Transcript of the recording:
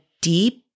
deep